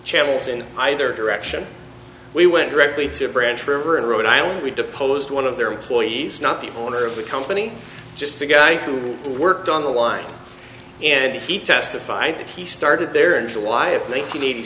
channels in either direction we went directly to a branch river in rhode island we deposed one of their employees not the owner of the company just a guy who worked on the line and he testified that he started there in july of ninet